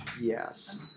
Yes